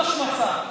זו פשוט השמצה.